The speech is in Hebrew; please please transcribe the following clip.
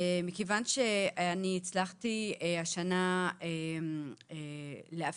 מכיוון שאני הצלחתי השנה לאפשר